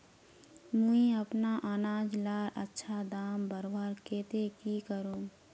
मुई अपना अनाज लार अच्छा दाम बढ़वार केते की करूम?